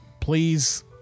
Please